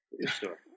store